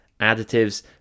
additives